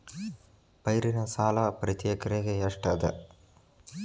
ಪೈರಿನ ಸಾಲಾ ಪ್ರತಿ ಎಕರೆಗೆ ಎಷ್ಟ ಅದ?